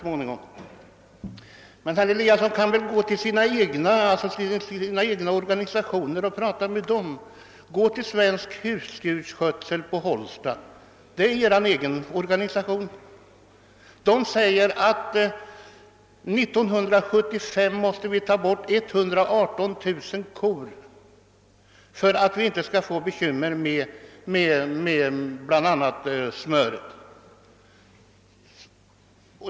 Men herr Eliasson kan väl gå till sina egna organisationer och tala med dem. Gå t.ex. till Svensk husdjursskötsel på Hållsta, det är Er egen organisation. Där säger man att 1975 måste vi ta bort 118 000 kor för att vi inte skall få problem med bl.a. smöret.